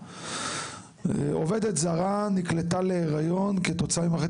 עובדת זרה נקלטה להריון כתוצאה ממערכת